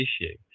issue